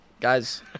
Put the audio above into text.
guys